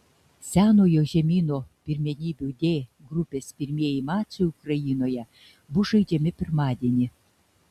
senojo žemyno pirmenybių d grupės pirmieji mačai ukrainoje bus žaidžiami pirmadienį